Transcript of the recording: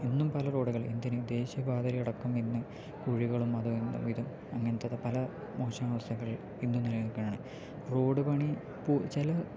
ഇന്നും പല റോഡുകൾ എന്തിന് ദേശീയപാതകൾ അടക്കം ഇന്ന് കുഴികളും വിധം അങ്ങനത്തെ പല മോശം വശങ്ങൾ ഇന്നും നില നിൽക്കുകയാണ് റോഡ് പണി ചില